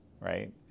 right